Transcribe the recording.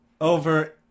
over